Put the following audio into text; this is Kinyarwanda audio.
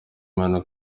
imana